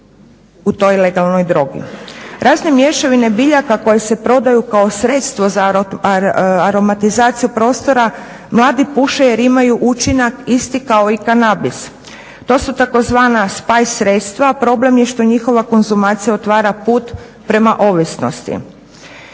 Razne mješavine biljaka koje se prodaju kao sredstvo za aromatizaciju prostora mladi puše jer imaju učinak isti kao i kanabis. To su tzv. spaj sredstva, problem je što njihova konzumacija otvara put prema ovisnosti.